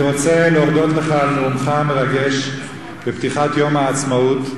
אני רוצה להודות לך על נאומך המרגש בפתיחת יום העצמאות,